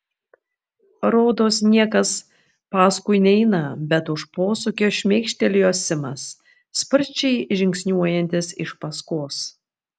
rodos niekas paskui neina bet už posūkio šmėkštelėjo simas sparčiai žingsniuojantis iš paskos